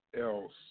else